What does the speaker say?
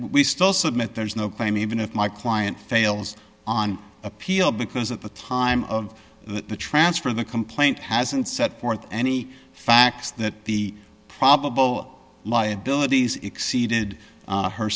we still submit there's no claim even if my client fails on appeal because at the time of the transfer the complaint hasn't set forth any facts that the probable liabilities exceeded